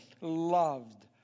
loved